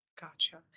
Gotcha